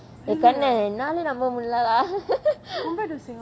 என் கண்ணே என்னாலேயே நம்ப முடில:en kannae ennalaayae namba mudila